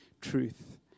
truth